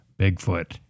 Bigfoot